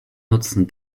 nutzen